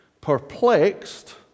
perplexed